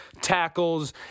tackles